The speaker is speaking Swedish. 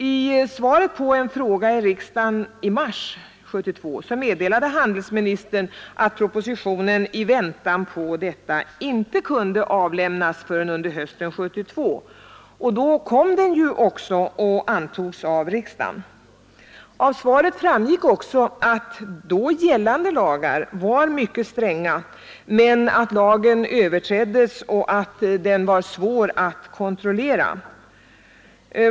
I svaret på en fråga i riksdagen i mars 1972 meddelade handelsministern, att propositionen i väntan på utredningen inte kunde avlämnas förrän under hösten 1972. Då kom den också och antogs av riksdagen. Av svaret framgick även att då gällande lagar var mycket stränga men att lagen överträddes och var svår att kontrollera.